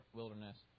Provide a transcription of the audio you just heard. wilderness